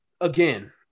Again